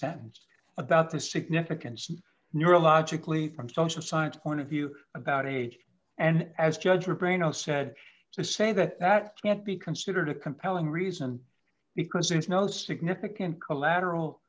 sentenced about the significance neurologically from social science point of view about age and as judgment brain oh said to say that that can't be considered a compelling reason because there is no significant collateral